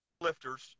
lifters